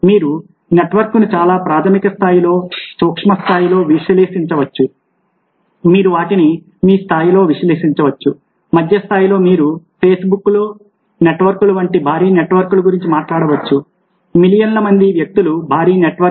మీరు నెట్వర్క్ను చాలా ప్రాథమిక స్థాయిలో సూక్ష్మ స్థాయిలో విశ్లేషించవచ్చు మీరు వాటిని మీ స్థాయిలో విశ్లేషించవచ్చు మధ్య స్థాయిలో మీరు Facebookలో నెట్వర్క్ల వంటి భారీ నెట్వర్క్ల గురించి మాట్లాడవచ్చు మిలియన్ల మంది వ్యక్తుల భారీ నెట్వర్క్